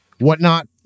whatnot